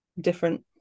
different